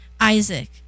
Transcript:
Isaac